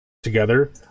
Together